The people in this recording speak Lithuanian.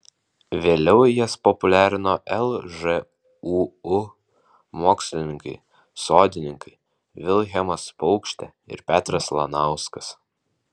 vėliau jas populiarino lžūu mokslininkai sodininkai vilhelmas paukštė ir petras lanauskas